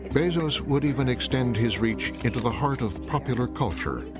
bezos would even extend his reach into the heart of popular culture.